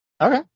Okay